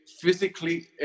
physically